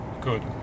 good